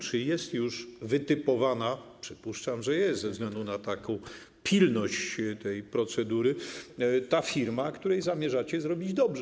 Czy jest już wytypowana - przypuszczam, że jest, ze względu na taką pilność tej procedury - ta firma, której zamierzacie zrobić dobrze?